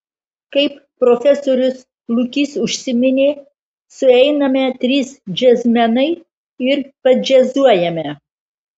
kaip profesorius lukys užsiminė sueiname trys džiazmenai ir padžiazuojame